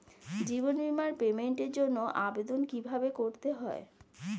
জীবন বীমার পেমেন্টের জন্য আবেদন কিভাবে করতে হয়?